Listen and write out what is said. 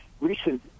recent